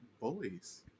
bullies